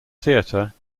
theatre